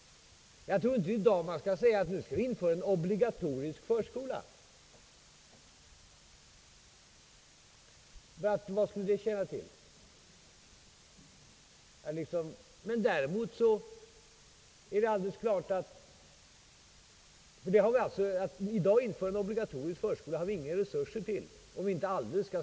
Jag tror inte att vi i dag skulle säga att vi skall införa en obligatorisk förskola. Vad skulle det tjäna till? Däremot står det alldeles klart att vi inte har några resurser till att i dag införa en obligatorisk förskola, om vi inte skall strypa hela daghemsutbyggandet.